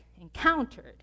encountered